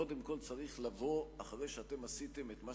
קודם כול צריך לבוא אחרי שאתם עשיתם את מה